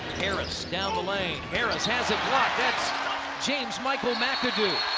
harris down the lane. harris has it blocked. that's james michael mcadoo.